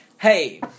hey